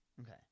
okay